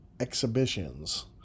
exhibitions